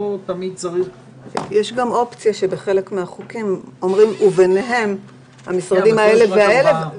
יש גם אופציה שבחלק מהחוקים אומרים "ובניהם המשרדים האלה והאלה",